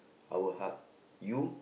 I will hug you